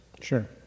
Sure